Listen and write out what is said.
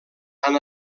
han